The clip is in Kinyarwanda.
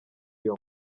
iyo